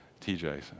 TJ